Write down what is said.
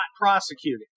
prosecuted